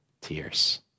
tears